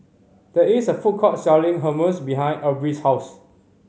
there is a food court selling Hummus behind Aubrey's house